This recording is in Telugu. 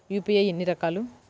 యూ.పీ.ఐ ఎన్ని రకాలు?